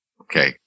Okay